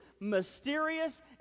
mysterious